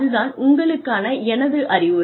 அது தான் உங்களுக்கான எனது அறிவுரை